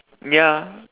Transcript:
ya